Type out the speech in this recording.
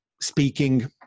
speaking